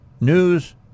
News